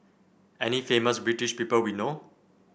any famous British people we know